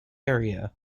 area